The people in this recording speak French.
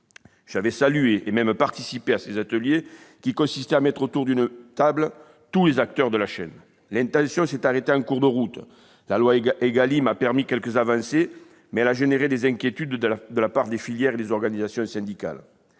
J'avais salué et même participé à ces ateliers, qui consistaient à placer autour d'une même table tous les acteurs de la chaîne. L'intention s'est arrêtée en cours de route : la loi ÉGALIM a permis quelques avancées, mais elle a provoqué les inquiétudes des filières et des organisations syndicales.